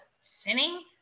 sinning